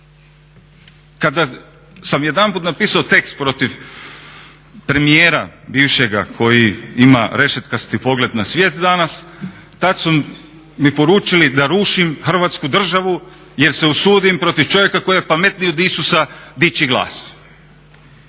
Kada sam jedanput napisao tekst protiv premijera bivšega koji ima rešetkasti pogled na svijet danas, tad su mi poručili da rušim Hrvatsku državu jer se usudim protiv čovjeka koji je pametniji od Isusa dići glas.